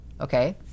Okay